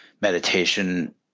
meditation